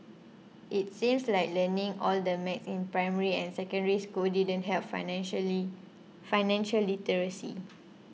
it seems like learning all that math in primary and Secondary School didn't help financially financial literacy